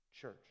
church